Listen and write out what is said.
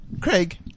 Craig